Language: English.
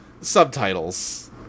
subtitles